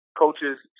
coaches